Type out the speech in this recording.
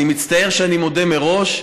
אני מצטער שאני מודה מראש.